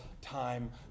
time